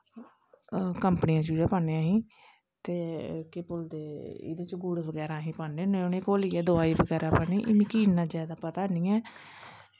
company दे चूचे पान्नें अस ते केह् बोलदे गुड़ बगैरा अस पान्नें होन्ने उनेंगी घोलियै दवाई बगैरा पानी मिगी इन्ना जादा पता नी ऐ